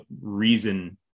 reason